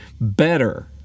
better